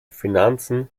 finanzen